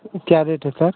क्या रेट है सर